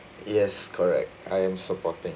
yes correct I am supporting